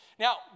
Now